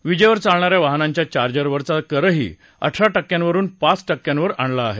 विजेवर चालणा या वाहनांच्या चार्जरवरचा करही अठरा टक्क्यांवरुन पाच टक्क्यांवर आणला आहे